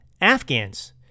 Afghans